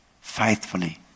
faithfully